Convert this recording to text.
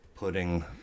Putting